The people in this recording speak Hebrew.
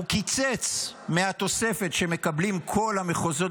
הוא קיצץ מהתוספת שמקבלים כל המחוזות